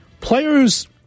Players